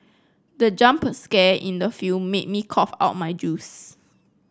the jump scare in the film made me cough out my juice